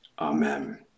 Amen